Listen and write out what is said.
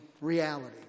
reality